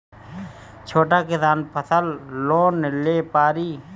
छोटा किसान फसल लोन ले पारी?